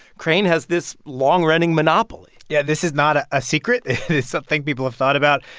crane has this long-running monopoly yeah. this is not ah a secret. it is something people have thought about.